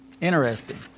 Interesting